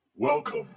Welcome